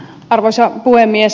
arvoisa puhemies